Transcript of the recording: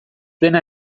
dena